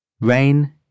RAIN